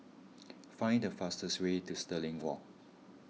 find the fastest way to Stirling Walk